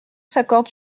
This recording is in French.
s’accorde